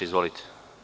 Izvolite.